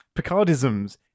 Picardisms